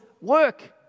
work